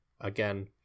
again